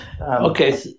Okay